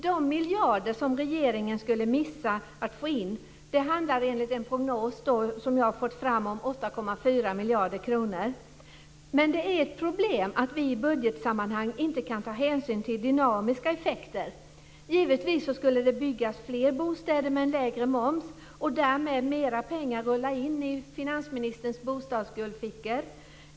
De miljarder som regeringen skulle gå miste om uppgår - enligt en prognos som jag har fått fram - till 8,4 miljarder kronor. Men det är ett problem att man i budgetsammanhang inte kan ta hänsyn till dynamiska effekter. Givetvis skulle det byggas fler bostäder med en lägre moms. Därmed skulle mera pengar rulla in i finansministerns bostadsguldfickor.